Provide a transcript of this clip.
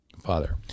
Father